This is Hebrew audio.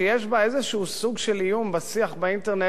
שיש בה איזה סוג של איום על השיח באינטרנט,